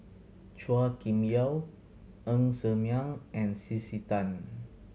Chua Kim Yeow Ng Ser Miang and C C Tan